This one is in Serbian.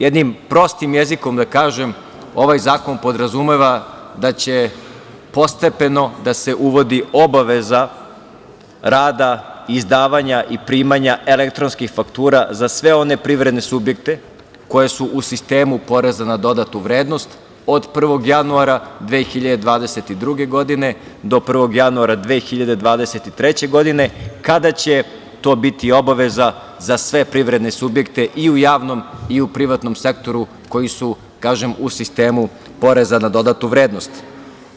Jednim prostim jezikom da kažem, ovaj zakon podrazumeva da će postepeno da se uvodi obaveza rada izdavanja i primanja elektronskih faktura za sve one privredne subjekte koji su u sistemu PDV-a od 1. januara 2022. godine do 1. januara 2023. godine, kada će to biti i obaveza za sve privredne subjekte i u javnom i u privatnom sektoru koji su kažem u sistemu PDV-a.